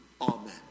Amen